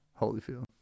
holyfield